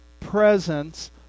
presence